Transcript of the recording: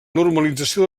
normalització